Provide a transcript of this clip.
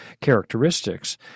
characteristics